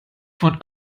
von